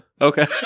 Okay